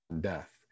death